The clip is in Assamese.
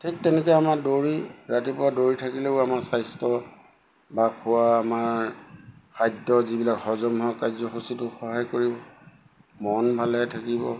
ঠিক তেনেকৈ আমাৰ দৌৰি ৰাতিপুৱা দৌৰি থাকিলেও আমাৰ স্বাস্থ্য বা খোৱা আমাৰ খাদ্য যিবিলাক হজম হোৱা কাৰ্যসূচীটো সহায় কৰিব মন ভালে থাকিব